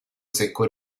secco